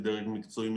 בדרג מקצועי,